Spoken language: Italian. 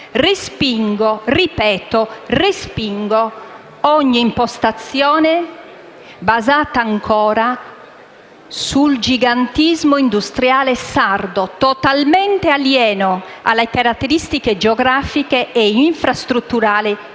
respingo - ripeto, respingo - ogni impostazione basata ancora sul gigantismo industriale sardo, totalmente alieno alle caratteristiche geografiche e infrastrutturali